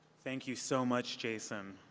thank you so much, jason.